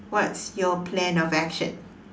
what's your plan of action